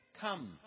come